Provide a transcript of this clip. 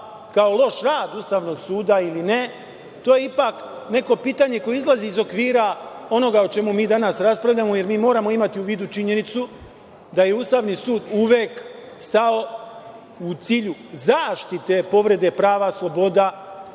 kao loš rad Ustavnog suda ili ne, to je ipak neko pitanje koje izlazi iz okvira onoga o čemu mi danas raspravljamo, jer mi moramo imati u vidu činjenicu da je Ustavni sud uvek stao u cilju zaštite povrede prava sloboda